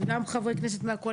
לא הוצאתי חברי כנסת.